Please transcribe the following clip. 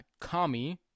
kami